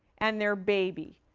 and their baby.